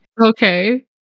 Okay